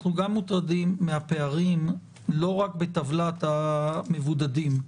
אנחנו גם מוטרדים מהפערים לא רק בטבלת המבודדים.